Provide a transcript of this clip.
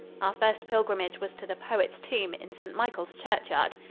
our first pilgrimage was to the poet's tomb, in st. michael's churchyard.